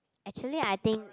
actually I think